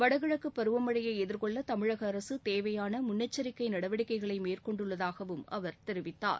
வடகிழக்கு பருவமழையை எதிர்கொள்ள தமிழக அரசு தேவையான முன்னெச்சரிக்கை நடவடிக்கைகளை மேற்கொண்டுள்ளதாகவும் அவர் கூறினார்